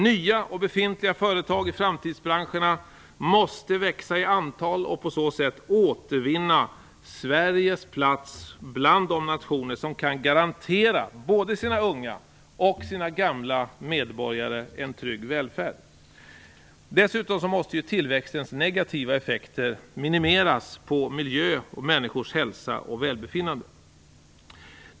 Nya och befintliga företag i framtidsbranscherna måste växa i antal och på så sätt återvinna Sveriges plats bland de nationer som kan garantera både sina unga och sina gamla medborgare en trygg välfärd. Dessutom måste tillväxtens negativa effekter på miljö och människors hälsa och välbefinnande minimeras.